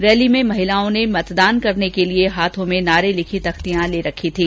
rally में महिलाओं ने मतदान करने के लिए हाथों में नारे लिखी तख्तियां ले रखी थी